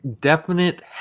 definite